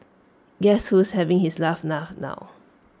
guess who is having his last laugh now